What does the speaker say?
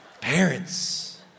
Parents